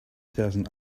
thousand